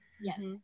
Yes